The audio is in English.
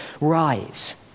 rise